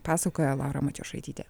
pasakoja laura matjošaitytė